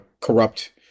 corrupt